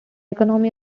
economy